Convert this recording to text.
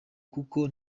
kuko